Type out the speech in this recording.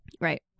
Right